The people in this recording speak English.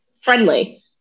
friendly